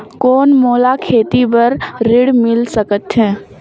कौन मोला खेती बर ऋण मिल सकत है?